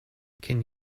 can